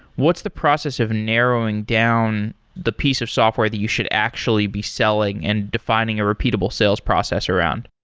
what's the process of narrowing down the piece of software that you should actually be selling and defining a repeatable sales process around?